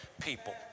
people